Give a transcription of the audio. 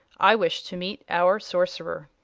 i wish to meet our sorcerer.